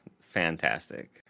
fantastic